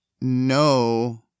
no